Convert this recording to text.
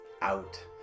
out